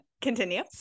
Continue